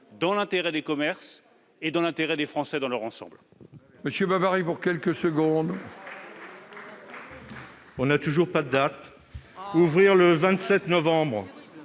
dans l'intérêt des commerces et dans l'intérêt des Français dans leur ensemble.